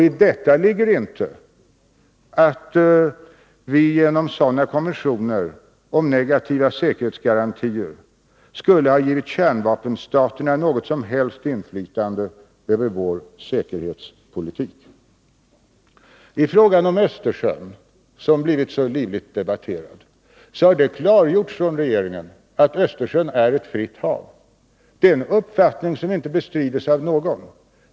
I detta ligger inte att vi genom sådana konventioner om negativa säkerhetsgarantier skulle ha givit kärnvapenstaterna något som helst inflytande över vår säkerhetspolitik. Frågan om Östersjön har blivit livligt debatterad. Det har klargjorts från regeringen att Östersjön är ett fritt hav. Det är en uppfattning som inte bestrids av någon.